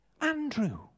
Andrew